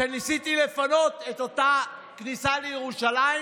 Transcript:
כשניסיתי לפנות את אותה כניסה לירושלים,